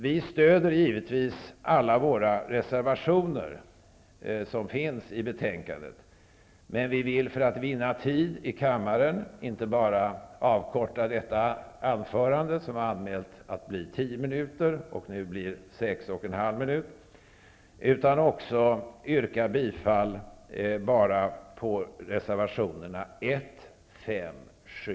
Vi stöder givetvis alla våra reservationer som är fogade till detta betänkande, men för att vinna tid i kammaren -- inte bara för att avkorta detta anförande som var anmält att bli tio minuter långt, men som nu blev sex och en halv minuter långt -- yrkar jag bifall enbart till reservationerna 1, 5, 7